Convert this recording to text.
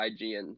IGN